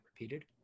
repeated